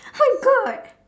my god